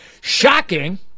Shocking